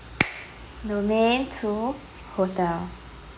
domain two hotel